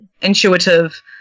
intuitive